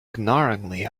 glaringly